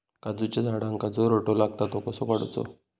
काजूच्या झाडांका जो रोटो लागता तो कसो काडुचो?